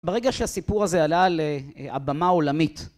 ברגע שהסיפור הזה עלה על הבמה העולמית.